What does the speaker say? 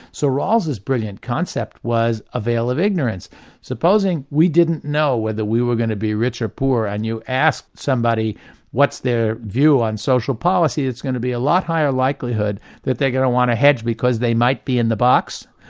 so rowles's brilliant concept was a veil of ignorance supposing we didn't know whether we were going to be rich or poor and you ask somebody what's their view on social policy, it's going to be a lot higher likelihood that they're going to want to hedge because they might be in the box.